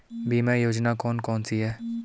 बीमा योजना कौन कौनसी हैं?